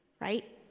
Right